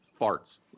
farts